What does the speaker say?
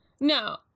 No